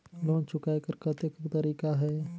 Loan चुकाय कर कतेक तरीका है?